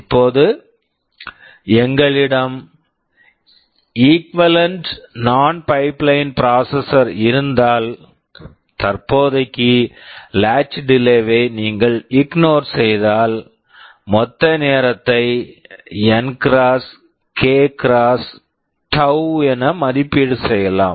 இப்போது எங்களிடம் equivalent equivalent நான் pipelined processor non pipelined processor இருந்தால் தற்போதைக்கு லாட்ச் டிலே latch delay வை நீங்கள் இக்னோர் ignore செய்தால் மொத்த நேரத்தை N x k x tau என மதிப்பீடு செய்யலாம்